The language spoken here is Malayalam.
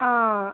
ആ